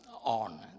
on